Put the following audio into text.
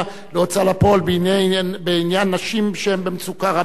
להוצאה לפועל בעניין נשים שהן במצוקה רבה.